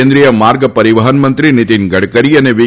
કેન્દ્રિય માર્ગ પરીવહન મંત્રી નીતીન ગડકરી અને વી